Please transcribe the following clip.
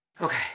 okay